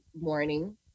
morning